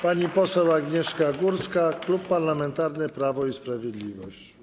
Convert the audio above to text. Pani poseł Agnieszka Górska, Klub Parlamentarny Prawo i Sprawiedliwość.